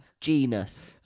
genus